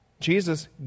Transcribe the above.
Jesus